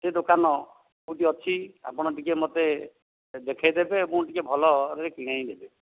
ସେ ଦୋକାନ କୋଉଠି ଅଛି ଆପଣ ଟିକେ ମୋତେ ଦେଖେଇ ଦେବେ ଏବଂ ଟିକେ ଭଲରେ କିଣେଇନେବେ